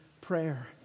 prayer